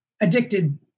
addicted